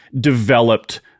developed